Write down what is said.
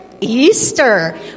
Easter